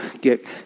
get